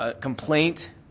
complaint